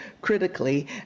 critically